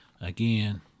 again